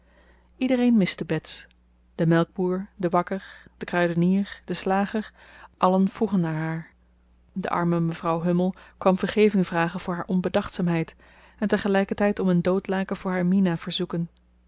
iedereen miste bets de melkboer de bakker de kruidenier de slager allen vroegen naar haar de arme vrouw hummel kwam vergeving vragen voor haar onbedachtzaamheid en tegelijkertijd om een doodlaken voor haar mina verzoeken